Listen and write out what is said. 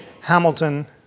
Hamilton